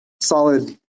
solid